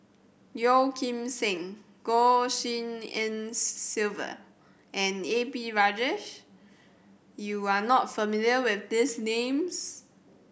Yeo Kim Seng Goh Tshin En Sylvia and A P Rajah you are not familiar with these names